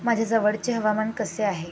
माझ्या जवळचे हवामान कसे आहे